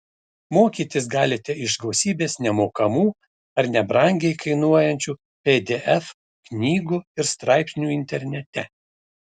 mokytis galite iš gausybės nemokamų ar nebrangiai kainuojančių pdf knygų ir straipsnių internete